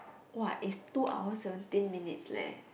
!wah! it's two hours seventeen minutes leh